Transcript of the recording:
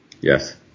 yes